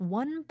one